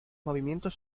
movimientos